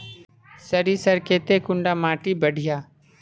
सरीसर केते कुंडा माटी बढ़िया?